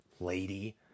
lady